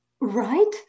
Right